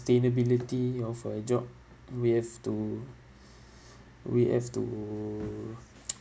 of a job we have to we have to